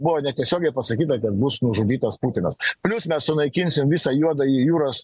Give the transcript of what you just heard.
buvo netiesiogiai pasakyta kad bus nužudytas putinas plius mes sunaikinsim visą juodąjį jūros